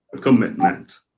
commitment